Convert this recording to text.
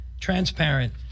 transparent